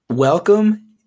Welcome